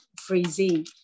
freezing